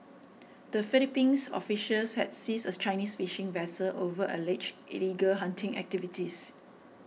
the Philippines officials had seized a Chinese fishing vessel over alleged illegal hunting activities